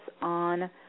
on